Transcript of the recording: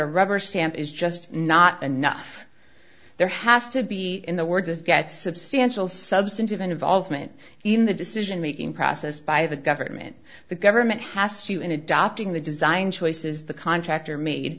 a rubber stamp is just not enough there has to be in the words of get substantial substantive involvement in the decision making process by the government the government has to in adopting the design choices the contractor made